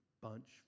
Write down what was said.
bunch